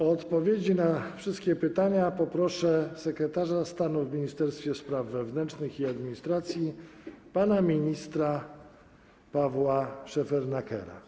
O odpowiedzi na wszystkie pytania poproszę sekretarza stanu w Ministerstwie Spraw Wewnętrznych i Administracji pana ministra Pawła Szefernakera.